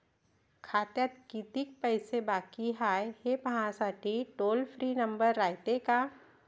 खात्यात कितीक पैसे बाकी हाय, हे पाहासाठी टोल फ्री नंबर रायते का?